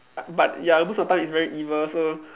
but ya most of the time it's very evil so